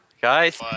Guys